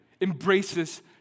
embraces